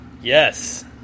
Yes